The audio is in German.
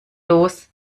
los